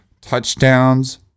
touchdowns